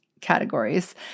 categories